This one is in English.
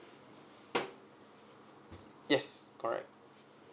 yes correct